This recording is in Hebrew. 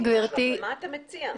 מה אתה מציע?